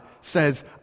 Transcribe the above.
says